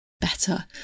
better